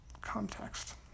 context